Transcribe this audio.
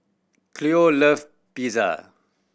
Cleo love Pizza